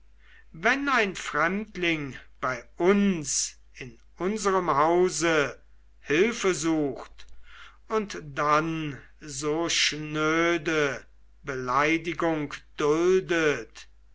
wenn ein fremdling bei uns in unserem hause hilfe sucht und dann so schnöde beleidigung duldet